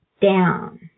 down